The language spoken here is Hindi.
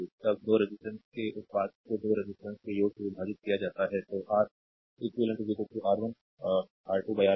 तब 2 रेजिस्टेंस के उत्पाद को 2 रेजिस्टेंस के योग से विभाजित किया जाता है तो R eq R1 R2 R1 R2 यह खुदरा मूल्य है